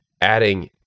adding